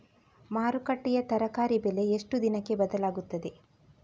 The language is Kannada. ಮಾರುಕಟ್ಟೆಯ ತರಕಾರಿ ಬೆಲೆ ಎಷ್ಟು ದಿನಕ್ಕೆ ಬದಲಾಗುತ್ತದೆ?